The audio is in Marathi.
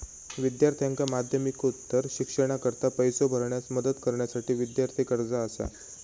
विद्यार्थ्यांका माध्यमिकोत्तर शिक्षणाकरता पैसो भरण्यास मदत करण्यासाठी विद्यार्थी कर्जा असा